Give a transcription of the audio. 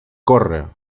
corre